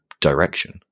direction